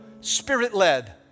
Spirit-led